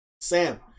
Sam